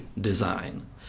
design